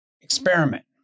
experiment